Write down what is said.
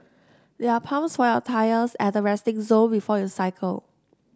there are pumps for your tyres at the resting zone before you cycle